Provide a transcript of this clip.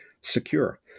secure